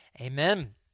Amen